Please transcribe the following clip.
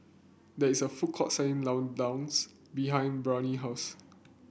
there is a food court selling Ladoos behind Brionna house